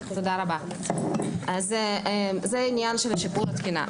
זה עניין שיפור התקינה.